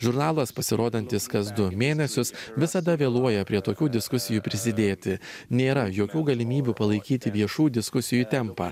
žurnalas pasirodantis kas du mėnesius visada vėluoja prie tokių diskusijų prisidėti nėra jokių galimybių palaikyti viešų diskusijų tempą